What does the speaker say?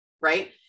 right